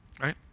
right